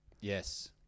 Yes